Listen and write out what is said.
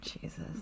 Jesus